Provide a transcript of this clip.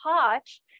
touch